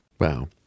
Wow